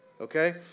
Okay